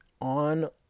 on